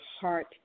heart